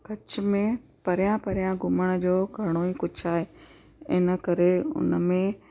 कच्छ में परियां परियां घुमण जो घणेई कुझु आहे इनकरे हुन में